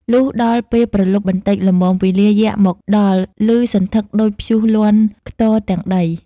លុះដល់ពេលព្រលប់បន្តិច ល្មមវេលាយក្សមកដល់ព្ទសន្ធឹកដូចព្យុះលាន់ខ្ទរទាំងដី។